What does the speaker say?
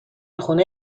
خونه